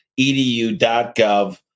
edu.gov